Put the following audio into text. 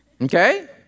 Okay